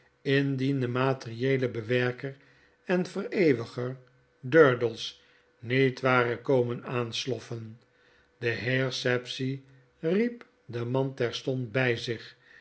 de materieele bewerker en vereeuwiger durdels niet ware komen aansloffen de heer sapsea riep den man terstond by zich